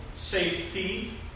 Safety